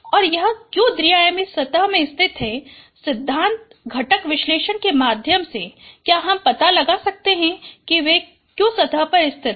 और यह क्यों द्विआयामी सतह में स्थित हैं सिद्धांत घटक विश्लेषण के माध्यम से क्या हम पता लगा सकते हैं कि वे क्यों सतह पर स्थित हैं